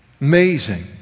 Amazing